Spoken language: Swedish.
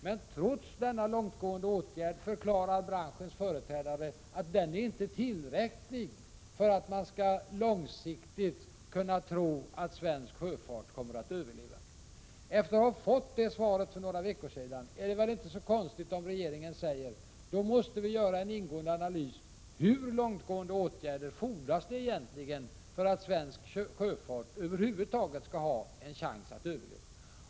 Men trots denna långtgående åtgärd förklarar branschens företrädare att den inte är tillräcklig för att svensk sjöfart långsiktigt kommer att överleva. Efter att för några veckor sedan ha fått detta svar är det väl inte så konstigt att regeringen säger att en ingående analys måste göras av hur långtgående åtgärder som egentligen fordras för att svensk sjöfart över huvud taget skall ha en chans att överleva.